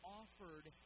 offered